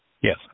Yes